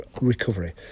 recovery